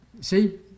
See